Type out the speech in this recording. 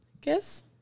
guess